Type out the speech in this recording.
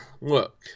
Look